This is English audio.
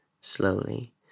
slowly